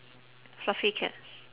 fluffy cats